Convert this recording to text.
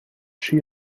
she